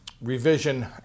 revision